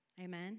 Amen